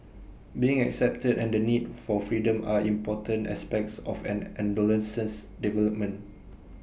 being accepted and the need for freedom are important aspects of an adolescent's development